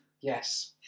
Yes